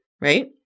Right